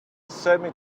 semi